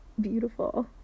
beautiful